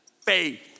Faith